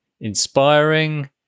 inspiring